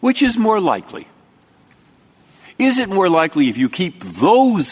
which is more likely is it more likely if you keep th